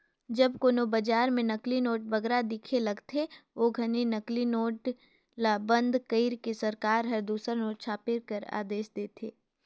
जब कोनो बजार में नकली नोट बगरा दिखे लगथे, ओ घनी नकली नोट ल बंद कइर के सरकार हर दूसर नोट छापे कर आदेस देथे